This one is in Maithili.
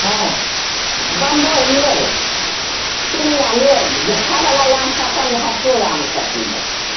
हँ बम्बइ लेब चिनिआ लेब जे खाइ बला आम पसन्द होयत से आम सभ किनब